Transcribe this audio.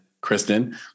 Kristen